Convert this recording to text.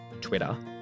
Twitter